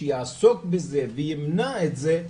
שיעסוק בזה וימנע את זה,